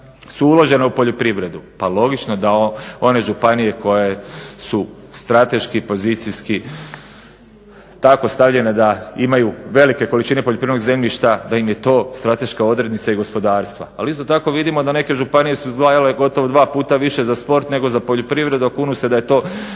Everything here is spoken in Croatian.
su uložena u poljoprivredu. Pa logično da one županije koje su strateški, pozicijski tako stavljene da imaju velike količine poljoprivrednog zemljišta da im je to strateška odrednica i gospodarstva, ali isto tako vidimo da neke županije su izdvajale gotovo dva puta više za sport nego za poljoprivredu, a kunu se da je to